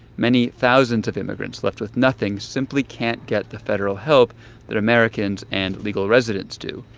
many thousands of immigrants left with nothing simply can't get the federal help that americans and legal residents do.